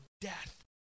death